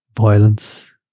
violence